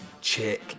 check